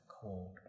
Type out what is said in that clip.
cold